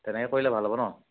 তেনেকৈ কৰিলে ভাল হ'ব নহ্